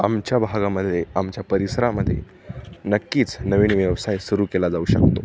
आमच्या भागामध्ये आमच्या परिसरामध्ये नक्कीच नवीन व्यवसाय सुरू केला जाऊ शकतो